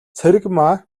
цэрэгмаа